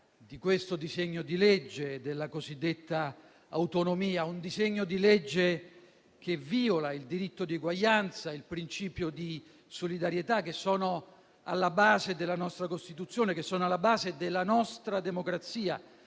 di questo disegno di legge, della cosiddetta autonomia. Si tratta, infatti, di un disegno di legge che viola il diritto di uguaglianza e il principio di solidarietà che sono alla base della nostra Costituzione e della nostra democrazia.